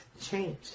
change